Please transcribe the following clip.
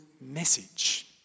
message